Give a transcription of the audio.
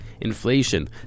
inflation